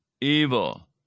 evil